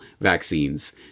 vaccines